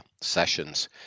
sessions